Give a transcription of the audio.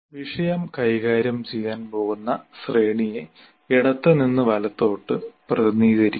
വിഷയം കൈകാര്യം ചെയ്യാൻ പോകുന്ന ശ്രേണിയെ ഇടത്തുനിന്ന് വലത്തോട്ട് പ്രതിനിധീകരിക്കുന്നു